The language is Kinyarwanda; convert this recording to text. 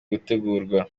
gutegurwa